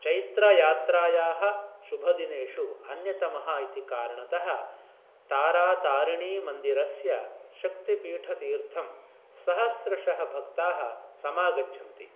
चैत्रयात्रायाः शुभदिनेषु अन्यतमः इति कारणतः तारातारिणीमन्दिरस्य शक्तिपीठतीर्थं सहस्रशः भक्ताः समागच्छन्ति